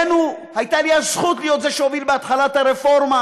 הייתה לי הזכות להיות זה שהוביל בהתחלה את הרפורמה